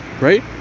right